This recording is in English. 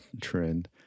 trend